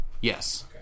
Yes